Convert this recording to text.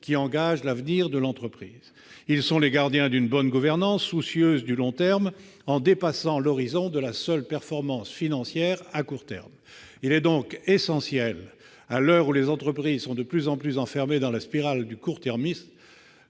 qui engagent l'avenir de celle-ci. Ils sont les gardiens d'une bonne gouvernance, soucieuse du long terme, dépassant l'horizon de la seule performance financière de court terme. Il est donc essentiel, à l'heure où les entreprises sont de plus en plus enfermées dans la spirale du court-termisme